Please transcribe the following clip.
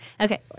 Okay